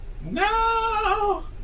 No